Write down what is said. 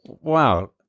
Wow